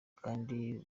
kandi